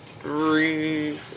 three